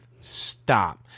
stop